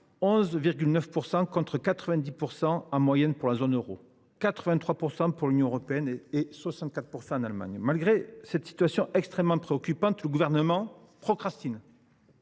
PIB, contre 90 % en moyenne pour la zone euro, 83 % pour l’Union européenne et 64 % pour l’Allemagne. Malgré cette situation extrêmement préoccupante, le Gouvernement procrastine.